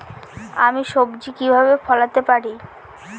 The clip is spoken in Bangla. আমি সবজি কিভাবে ফলাতে পারি?